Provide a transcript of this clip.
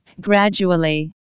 Gradually